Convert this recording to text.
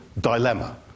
dilemma